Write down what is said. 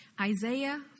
Isaiah